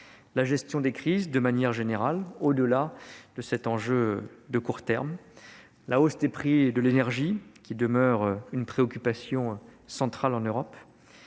la gestion des crises de manière générale, au-delà de cet enjeu de court terme ; la hausse des prix de l'énergie, qui demeure une préoccupation centrale en Europe